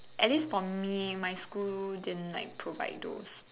at least for me my school didn't like provide those